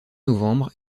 novembre